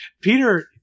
Peter